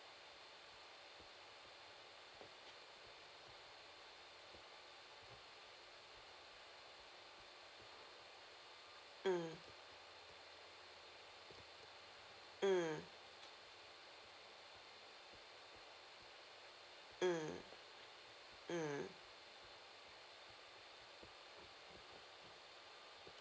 mm mm mm mm